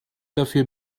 dafür